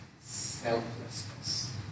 selflessness